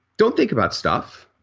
don't think about stuff.